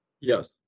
Yes